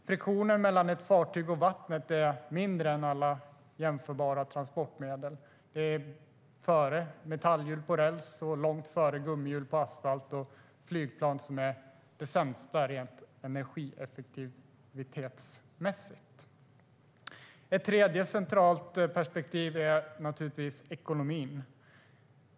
Friktionen mellan ett fartyg och vatten är mindre om man jämför med andra transportmedel med metallhjul på räls, gummihjul på asfalt och flygplan som är energieffektivitetsmässigt sämst. En tredje central aspekt är naturligtvis ekonomin.